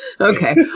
Okay